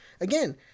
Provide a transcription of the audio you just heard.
again